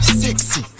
sexy